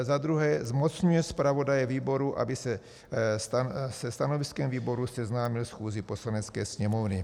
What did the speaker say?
za druhé zmocňuje zpravodaje výboru, aby se stanoviskem výboru seznámil schůzi Poslanecké sněmovny.